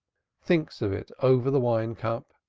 thinks of it over the wine-cup,